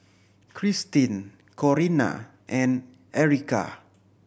Krystin Corinna and Erykah